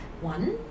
one